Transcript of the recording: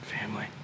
family